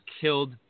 killed